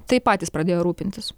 tai patys pradėjo rūpintis